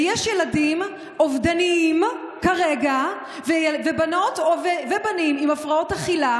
יש כרגע ילדים אובדניים ובנות ובנים עם הפרעות אכילה